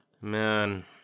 Man